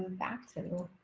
back to